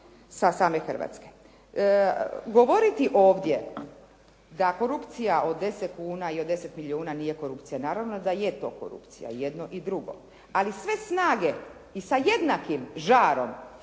sa same Hrvatske. Govoriti ovdje da korupcija od 10 kuna i od 10 milijuna nije korupcija. Naravno da je to korupcija i jedno i drugo, ali sve snage i sa jednakim žarom